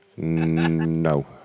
No